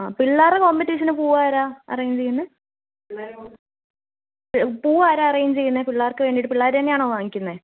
ആ പിള്ളേരെ കോമ്പറ്റീഷന് പൂവ് ആരാണ് അറേഞ്ച് ചെയ്യുന്നത് പൂവ് ആരാണ് അറേഞ്ച് ചെയ്യുന്നത് പിള്ളേർക്ക് വേണ്ടിയിട്ട് പിള്ളേർ തന്നെയാണോ വാങ്ങിക്കുന്നത്